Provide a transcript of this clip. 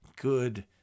good